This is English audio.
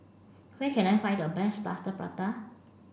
where can I find the best plaster prata